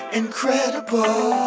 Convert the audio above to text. incredible